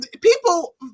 people